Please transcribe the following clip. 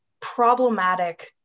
problematic